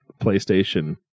PlayStation